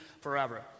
forever